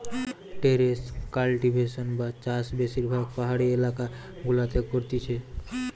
terrace cultivation বা চাষ বেশিরভাগ পাহাড়ি এলাকা গুলাতে করতিছে